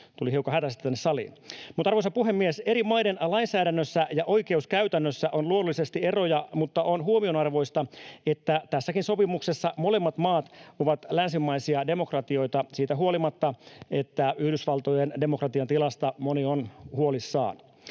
tulin hiukan hätäisesti tänne saliin. Arvoisa puhemies! Eri maiden lainsäädännössä ja oikeuskäytännössä on luonnollisesti eroja, mutta on huomionarvoista, että tässäkin sopimuksessa molemmat maat ovat länsimaisia demokratioita siitä huolimatta, että Yhdysvaltojen demokratian tilasta moni on huolissaan.